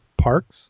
parks